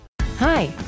Hi